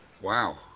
Wow